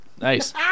Nice